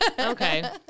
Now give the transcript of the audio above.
Okay